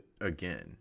again